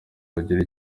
bagire